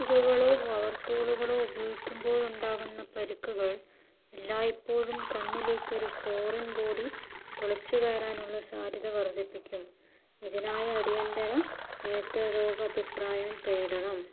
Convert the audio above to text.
ചുറ്റികകളോ power ടൂളുകളോ ഉപയോഗിക്കുമ്പോഴുണ്ടാകുന്ന പരുക്കുകൾ എല്ലായ്പ്പോഴും കണ്ണിലേക്ക് ഒരു ഫോറിൻ ബോഡി തുളച്ചുകയറാനുള്ള സാധ്യത വർദ്ധിപ്പിക്കും ഇതിനായി അടിയന്തര നേത്രരോഗ അഭിപ്രായം തേടണം